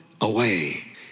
away